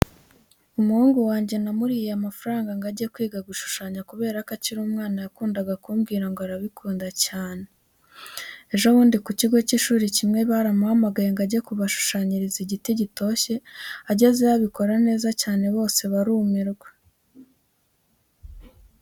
Umuhungu wange namurihiye amafaranga ngo ajye kwiga gushushanya kubera ko akiri umwana yakundaga kumbwira ngo arabikunda cyane. Ejo bundi ku kigo cy'ishuri kimwe baramuhamagaye ngo ajye kubashushanyiriza igiti gitoshye agezeyo abikora neza cyane bose barumirwa.